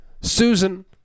Susan